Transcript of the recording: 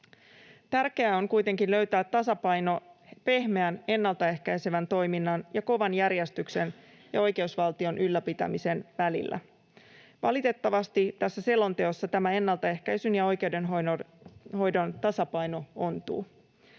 Tärkeää on kuitenkin löytää tasapaino pehmeän ennalta ehkäisevän toiminnan ja kovan järjestyksen ja oikeusvaltion ylläpitämisen välillä. Valitettavasti tässä selonteossa tämä ennaltaehkäisyn ja oikeudenhoidon tasapaino ontuu.